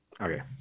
Okay